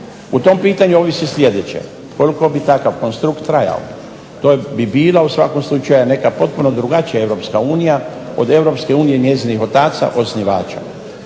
U tom pitanju ovisi sljedeće koliko bi takav konstrukt trajao. To bi bila u svakom slučaju neka potpuno drugačija Europska unija od Europske unije i njezinih otaca osnivača.